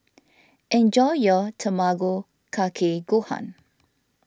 enjoy your Tamago Kake Gohan